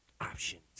options